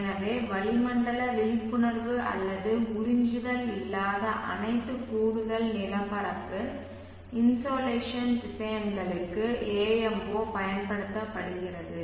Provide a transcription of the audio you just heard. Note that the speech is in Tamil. எனவே வளிமண்டல விழிப்புணர்வு அல்லது உறிஞ்சுதல் இல்லாத அனைத்து கூடுதல் நிலப்பரப்பு இன்சோலேஷன் திசையன்களுக்கும் AM0 பயன்படுத்தப்படுகிறது